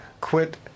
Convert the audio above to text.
quit